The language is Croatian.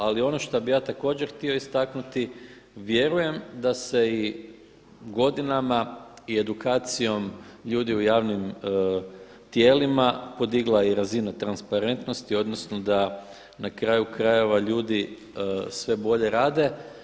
Ali ono što bih ja također htio istaknuti vjerujem da se i godinama i edukacijom ljudi u javnim tijelima podigla i razina transparentnosti, odnosno da na kraju krajeva ljudi sve bolje rade.